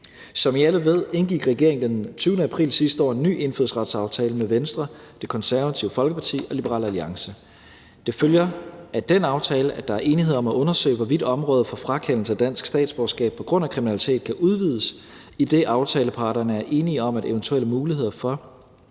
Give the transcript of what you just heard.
Som I alle ved, indgik regeringen den 20. april sidste år en ny indfødsretsaftale med Venstre, Det Konservative Folkeparti og Liberal Alliance. Det følger af den aftale, at der er enighed om at undersøge, hvorvidt området for frakendelse af dansk statsborgerskab på grund af kriminalitet kan udvides, idet aftaleparterne er enige om, at eventuelle muligheder for